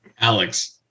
Alex